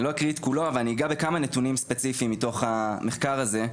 אני לא אקריא את כולו אבל אני אגע בכמה נתונים מתוך המחקר הזה,